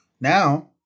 Now